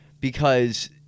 because-